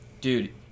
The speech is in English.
dude